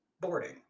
boarding